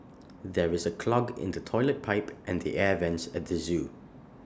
there is A clog in the Toilet Pipe and the air Vents at the Zoo